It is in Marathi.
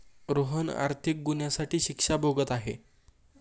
रोहन आर्थिक गुन्ह्यासाठी शिक्षा भोगत आहे